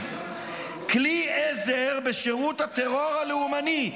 כלי עזר בשירות הטרור הלאומני.